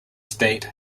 state